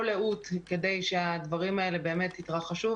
לאות כדי שהדברים האלה באמת יתרחשו,